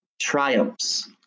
triumphs